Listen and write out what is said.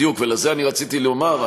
בדיוק, ועל זה רציתי לומר.